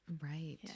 Right